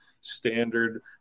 standard